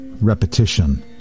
repetition